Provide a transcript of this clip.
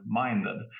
minded